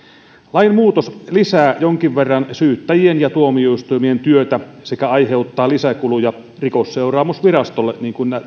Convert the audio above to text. lainmuutos lisää jonkin verran syyttäjien ja tuomioistuimien työtä sekä aiheuttaa lisäkuluja rikosseuraamusvirastolle